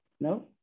No